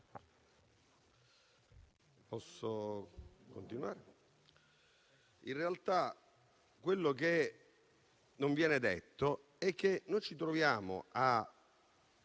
In realtà quello che non viene detto è che noi ci troviamo a